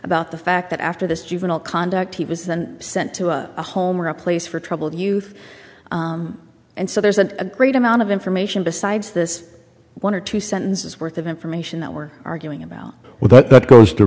about the fact that after this juvenile conduct he was then sent to a home or a place for troubled youth and so there's a great amount of information besides this one or two sentences worth of information that we're arguing about well but that goes to